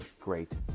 great